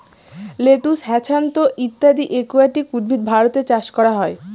lettuce, hyacinth ইত্যাদি aquatic উদ্ভিদ ভারতে চাষ করা হয়